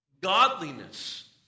Godliness